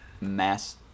mass